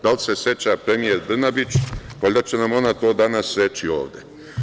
Da li se seća premijer Brnabić, valjda će nam ona to reći danas ovde.